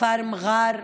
כפר מע'אר,